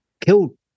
killed